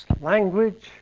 language